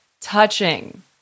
touching